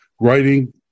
writing